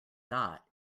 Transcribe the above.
got